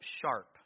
sharp